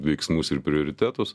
veiksmus ir prioritetus